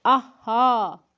اَہا